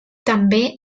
també